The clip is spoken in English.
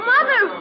Mother